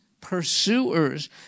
pursuers